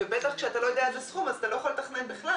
ובטח כשאתה לא יודע איזה סכום אז אתה לא יכול לתכנן בכלל.